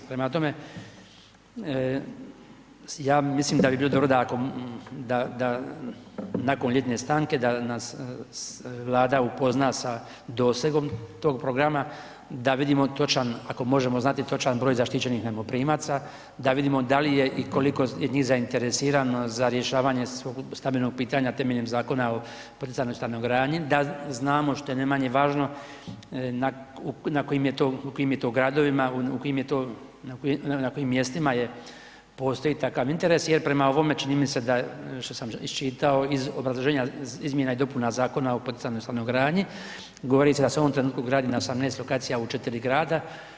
Prema tome, ja mislim da bi bilo dobro da ako, da nakon ljetne stanke da nas Vlada upozna sa dosegom tog programa, da vidimo točan, ako možemo znati točan broj zaštićenih najmoprimaca, da vidimo da li je i koliko je njih zainteresirano za rješavanje svog stambenog pitanja temeljem Zakona o poticajnoj stanogradnji, da znamo što je najmanje važno na kojim je to, u kojim je to gradovima, na kojim mjestima je postoji takav interes jer prema ovome čini mi se da što sam isčitao iz obrazloženja izmjena i dopuna Zakona o poticajnoj stanogradnji govori se da se u ovom trenutku gradi na 18 lokacija u 4 grada.